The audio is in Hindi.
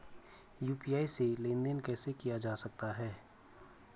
यु.पी.आई से लेनदेन कैसे किया जा सकता है?